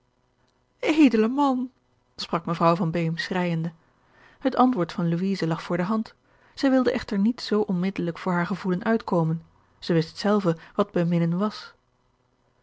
edele man sprak mevrouw van beem schreijende het antwoord van louise lag voor de hand zij wilde echter niet zoo onmiddelijk voor haar gevoelen uitkomen zij wist zelve wat beminnen was